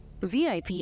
VIP